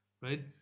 right